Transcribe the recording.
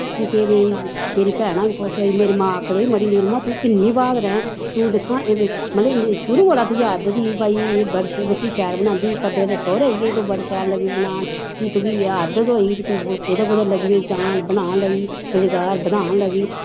फ्ही ते मेरी भैना बी खुश होइयां मेरी मां आखन लगी मड़ी नीलमा तूं किन्नी ब्हादर ऐं तूं दिक्खां मतलव शुरु कोला आदत ही भाई एह् रुट्टी शैल बनांदी करदे करदे सौह्रै आई गेई तू बड़ी शैल लगी बनान फ्ही तुगी एह् आदत होई फ्ही तूं कुतै कुतै लगी पेई जान बनान लगी रोजगार बधान लगी